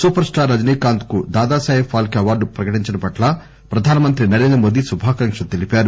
super star రజనీకాంత్కు Dada Saheb Phalke award ప్రకటించడం పట్ల ప్రధానమంత్రి నరేంద్రమోదీ శుభాకాంక్షలు తెలిపారు